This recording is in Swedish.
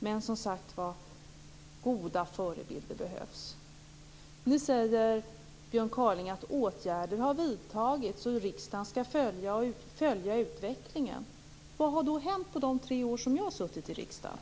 Men det behövs goda förebilder. Nu säger Björn Kaaling att åtgärder har vidtagits och att riksdagen skall följa utvecklingen. Vad har då hänt på de tre år som jag har suttit i riksdagen?